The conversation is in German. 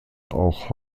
auch